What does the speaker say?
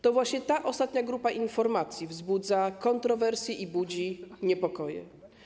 To właśnie ta ostatnia grupa informacji wzbudza kontrowersje i budzi niepokoje.